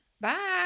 Bye